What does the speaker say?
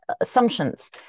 assumptions